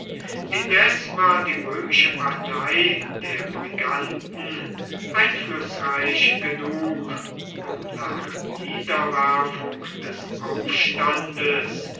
indes war die römische partei der briganten einflußreich genug um nach niederwerfung des aufstandes